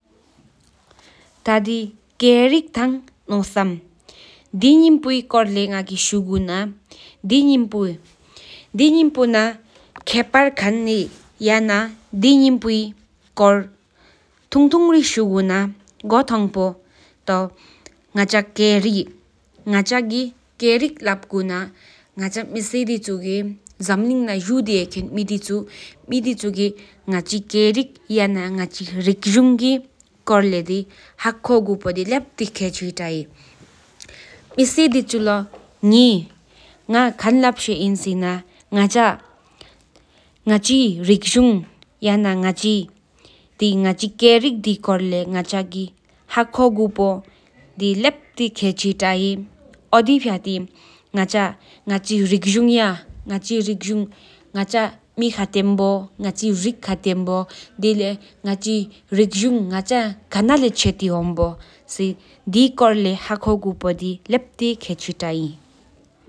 ཐ་དི་སྐེ་རིགས་ཐ་ནོ་སམ་དེ་དངུལ་པོའི་ཁྱེལ་སྤར་ཐ་སྐོར་ལས་ཤུ་གུ་ན་སྒོ་ཐང་པོ་སྐེ་རིགས་ལེབ་ན་བྱམས། གླིང་ན་མེ་སེ་དེ་ཆོས་གི་སྔ་ཆི་རང་གྲིས་སྐེ་རིགས་ཐ་རི་གུང་གི་སྐོར་ལས་ཧ་ཁོགས་པོ་དེ་ལེབ་ཏི་རགས་ལྷེས་བཞུ་ཧེཌེ། མེ་སེ་དི་ཆུ་ལོ་ང་ཁོང་ལབ་ཤེས་ན་སེ་ན་དང་ག་བཙོ་གི་རིགས་གྲཱམ་དང་ག་བྲོ་བོ་ང་ཆ་ཁུང་ཁ་བོ་ང་ཆ་ཁོང་ལས་ཧྲི་ཧོན་བོ་ཡིས་སྐྲོན་བས་ལྷེས་བཞུ་ཚེ་ཧེར་བཏི་ཧེ་བོ་ཡིས།